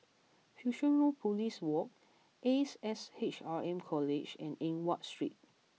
Fusionopolis Walk Ace S H R M College and Eng Watt Street